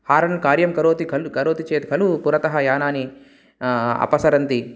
हारण् कार्यं करोति खलु करोति चेत् खलु पुरतः यानानि अपसरन्ति